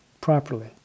properly